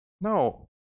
No